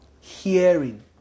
hearing